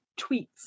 tweets